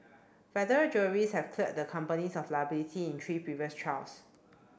federal juries have cleared the companies of liability in three previous trials